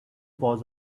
paws